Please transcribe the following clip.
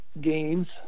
games